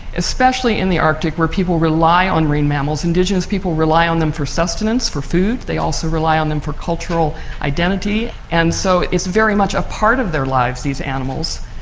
especially in the arctic where people rely on marine mammals. indigenous people rely on them for sustenance, for food. they also rely on them for cultural identity. and so it's very much a part of their lives, these animals.